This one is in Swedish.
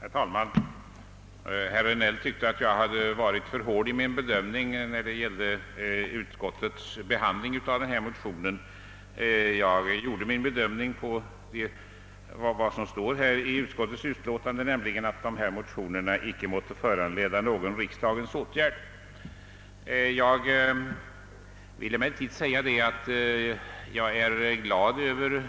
Herr talman! Herr Regnéll tyckte att jag varit för hård i min bedömning av utskottets behandling av denna motion. Jag gjorde min bedömning på grundval av vad som står i utskottets hemställan, nämligen att dessa motioner »icke måtte föranleda någon riksdagens åtgärd». Jag vill emellertid säga, att jag är glad över